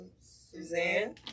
Suzanne